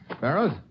Barrows